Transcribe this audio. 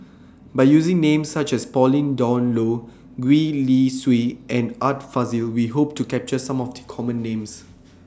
By using Names such as Pauline Dawn Loh Gwee Li Sui and Art Fazil We Hope to capture Some of The Common Names